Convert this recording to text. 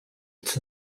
its